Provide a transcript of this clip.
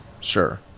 sure